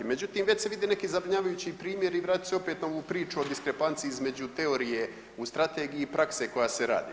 Međutim, već se vide neki zabrinjavajući primjeri i vratit ću se opet na ovu priču o diskrepanciji između teorije u strategiji i prakse koja se radi.